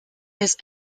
ist